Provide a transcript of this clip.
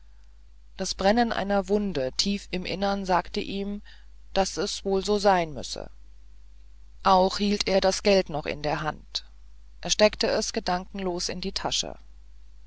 das brennen einer wunde tief im innern sagte ihm daß es wohl so sein müsse auch hielt er das geld noch in der hand er steckte es gedankenlos in die tasche